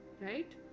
right